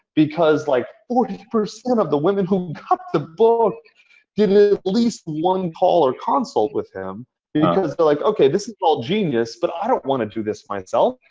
because like forty percent of the women who got the book did at least one call or consult with him because, but like ok, this is called genius, but i don't want to do this myself.